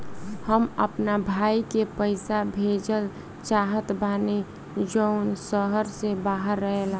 हम अपना भाई के पइसा भेजल चाहत बानी जउन शहर से बाहर रहेला